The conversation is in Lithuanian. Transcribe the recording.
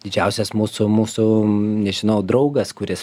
didžiausias mūsų mūsų nežinau draugas kuris